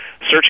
Search